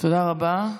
תודה רבה.